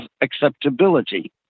acceptability